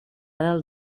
del